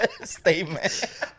Statement